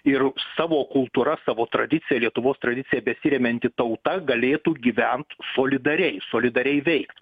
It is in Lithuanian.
ir savo kultūra savo tradicija lietuvos tradicija besiremianti tauta galėtų gyvent solidariai solidariai veikt